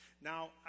Now